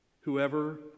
Whoever